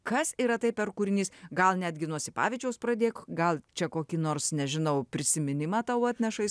kas yra tai per kūrinys gal netgi nuo sipavičiaus pradėk gal čia kokį nors nežinau prisiminimą tau atneša jis